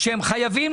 גם הסעיף הזה היה?